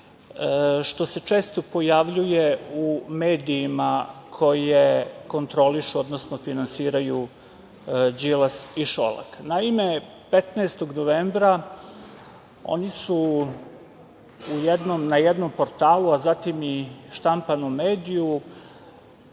što se često pojavljuje u medijima koje kontrolišu, odnosno finansiraju Đilas i Šolak. Naime, 15. novembra oni su na jednom portalu, a zatim i u štampanom mediju